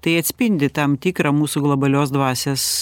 tai atspindi tam tikrą mūsų globalios dvasios